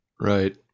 Right